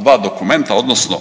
dva dokumenta odnosno